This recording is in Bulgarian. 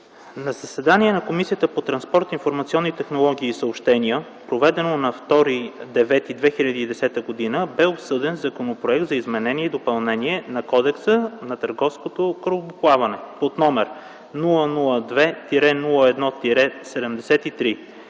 „На заседание на Комисията по транспорт, информационни технологии и съобщения, проведено на 2 септември 2010 г., бе обсъден Законопроект за изменение и допълнение на Кодекса на търговското корабоплаване, № 002-01-73,